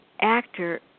actor